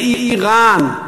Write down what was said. באיראן?